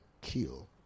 kill